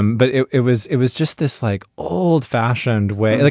um but it it was it was just this like old fashioned way.